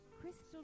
crystal